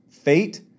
fate